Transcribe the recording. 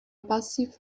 passive